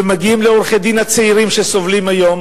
ומגיעים לעורכי-הדין הצעירים שסובלים היום.